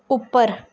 ਉੱਪਰ